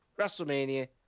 WrestleMania